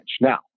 Now